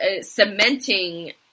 cementing